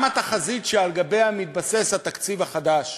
גם התחזית שעליה מתבסס התקציב החדש,